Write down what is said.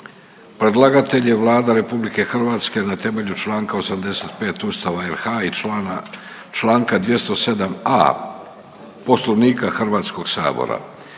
Predlagatelj je Vlada RH na temelju Članka 85. Ustava RH i člana, Članka 207a. Poslovnika Hrvatskog sabora.